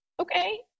okay